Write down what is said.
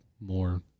more